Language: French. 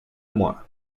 moi